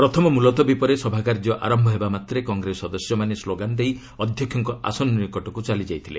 ପ୍ରଥମ ମୁଲତବୀ ପରେ ସଭା କାର୍ଯ୍ୟ ଆରମ୍ଭ ହେବା ମାତ୍ରେ କଂଗ୍ରେସ ସଦସ୍ୟମାନେ ସ୍କ୍ଲୋଗାନ୍ ଦେଇ ଅଧ୍ୟକ୍କ ଆସନ ନିକଟକୁ ଚାଲିଯାଇଥିଲେ